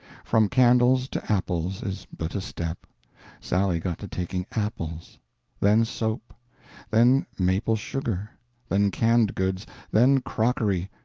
from candles to apples is but a step sally got to taking apples then soap then maple-sugar then canned goods then crockery.